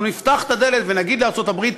אנחנו נפתח את הדלת ונגיד לארצות-הברית: